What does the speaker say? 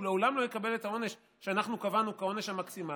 הוא לעולם לא יקבל את העונש שאנחנו קבענו כעונש המקסימלי,